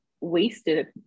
Wasted